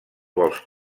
vols